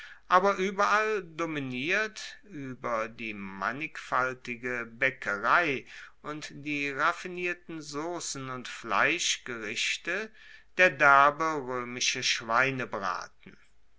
aber ueberall dominiert ueber die mannigfaltige baeckerei und die raffinierten saucen und fischgerichte der derbe roemische schweinebraten